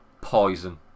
poison